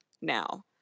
now